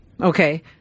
Okay